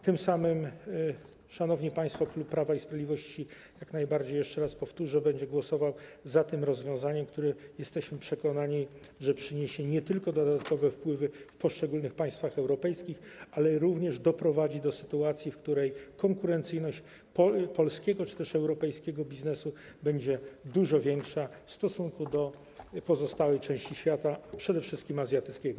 Tym samym, szanowni państwo, klub Prawa i Sprawiedliwości, jak najbardziej, jeszcze raz powtórzę, będzie głosował za tym rozwiązaniem, które, jesteśmy przekonani, że przyniesie nie tylko dodatkowe wpływy w poszczególnych państwach europejskich, ale również doprowadzi do sytuacji, w której konkurencyjność polskiego czy też europejskiego biznesu będzie dużo większa w stosunku do pozostałej części świata, przede wszystkim azjatyckiego.